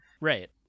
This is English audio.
Right